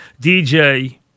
DJ